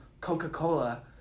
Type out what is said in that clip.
Coca-Cola